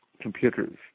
computers